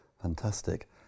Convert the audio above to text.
Fantastic